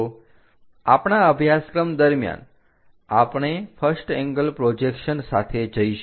તો આપણા અભ્યાસક્રમ દરમિયાન આપણે ફર્સ્ટ એંગલ પ્રોજેક્શન સાથે જઈશું